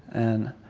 and